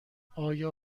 آیا